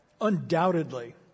undoubtedly